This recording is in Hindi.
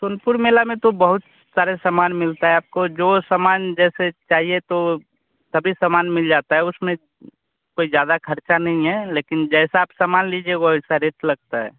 सोनपुर मेले में तो बहुत सारे सामान मिलता है आपको जो सामान जैसे चाहिए तो तभी सामान मिल जाता है उसमें कोई ज़्यादा खर्चा नहीं है लेकिन जैसा आप सामान लीजिएगा वैसा रेट लगता है